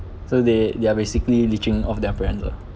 so they they are basically leeching off their parents ah